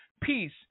peace